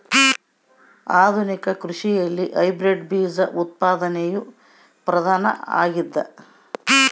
ಆಧುನಿಕ ಕೃಷಿಯಲ್ಲಿ ಹೈಬ್ರಿಡ್ ಬೇಜ ಉತ್ಪಾದನೆಯು ಪ್ರಧಾನ ಆಗ್ಯದ